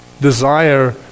desire